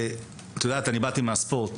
את יודעת, אני באתי מהספורט.